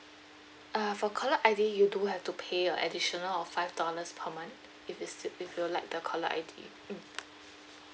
uh for caller I_D you do have to pay a additional of five dollars per month if it's if you would like the caller I_D mm